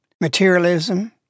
materialism